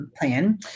plan